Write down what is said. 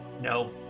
No